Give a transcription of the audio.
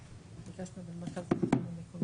ואני חושבת שכדי להבין אנחנו מוכרחים